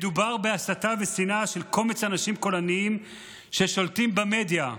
מדובר בהסתה ובשנאה של קומץ אנשים קולניים ששולטים במדיה.